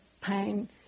pain